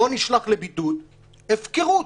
לא נשלח לבידוד - הפקרות.